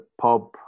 pub